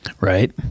right